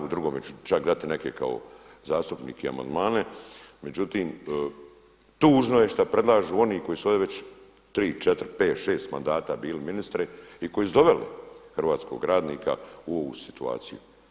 U drugome ću čak dati neke kao zastupnik i amandmane, međutim tužno je šta predlažu oni koji su ovdje već 3, 4, 5, 6 mandata bili ministri i koji su doveli hrvatskog radnika u ovu situaciju.